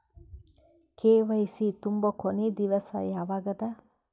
KYC ತುಂಬೊ ಕೊನಿ ದಿವಸ ಯಾವಗದ?